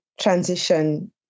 transition